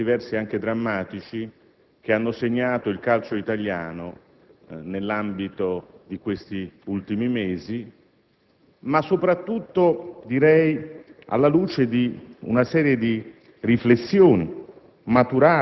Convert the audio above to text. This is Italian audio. per certi versi anche drammatici, che hanno segnato il calcio italiano in questi ultimi mesi, ma soprattutto alla luce di una serie di riflessioni